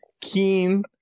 Keen